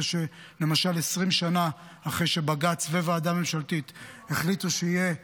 שלמשל 20 שנה אחרי בג"ץ וועדה ממשלתית החליטו שיהיה טכוגרף,